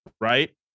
right